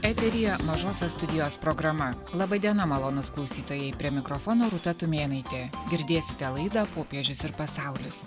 eteryje mažosios studijos programa laba diena malonūs klausytojai prie mikrofono rūta tumėnaitė girdėsite laidą popiežius ir pasaulis